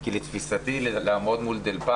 עם שילוט ועובדים.